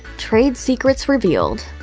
trade secrets revealed.